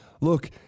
Look